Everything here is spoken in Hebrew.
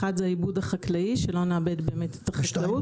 האחת היא העיבוד החקלאי שלא נאבד את החקלאות,